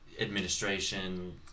administration